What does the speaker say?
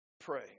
Pray